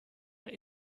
are